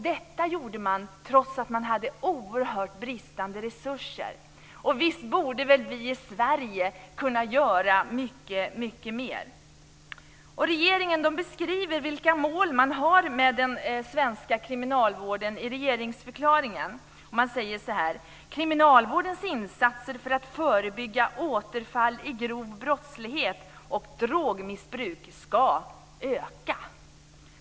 Detta gjorde man trots att man hade oerhört bristande resurser. Och visst borde väl vi i Sverige kunna göra mycket mer? Regeringen beskriver i regeringsförklaringen vilka mål man har med den svenska kriminalvården. Man skriver: "Kriminalvårdens insatser för att förebygga återfall i grov brottslighet och drogmissbruk ska öka."